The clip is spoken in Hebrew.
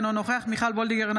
אינו נוכח מיכל מרים וולדיגר,